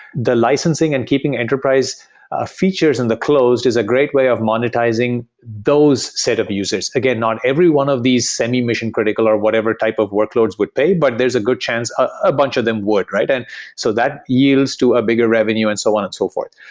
the licensing and keeping enterprise features in the close is a great way of monetizing those set of users. again, not every one of these semi-mission-critical or whatever type of workloads would pay, but there's a good chance a bunch of them would. and so that yields to a bigger revenue and so on and so forth.